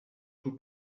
two